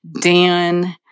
Dan